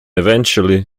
eventually